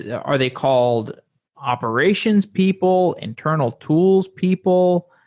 yeah are they called operations people? internal tools people?